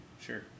Sure